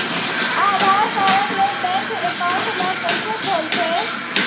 आधार card ले bank account ल कइसे खोलथे?